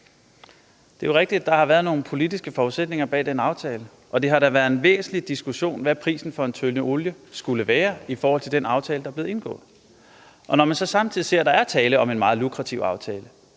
Det er jo rigtigt, at der har været nogle politiske forudsætninger for den aftale, og det har da været en væsentlig diskussion, hvad prisen for en tønde olie skulle være, i forhold til den aftale, der blev indgået. Og når man samtidig ser, at der i forvejen var tale om en meget lukrativ aftale,